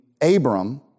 Abram